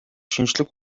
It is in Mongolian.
шинжлэх